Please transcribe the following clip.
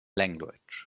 language